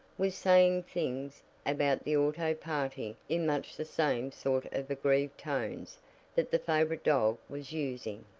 was saying things about the auto party in much the same sort of aggrieved tones that the favorite dog was using.